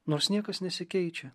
nors niekas nesikeičia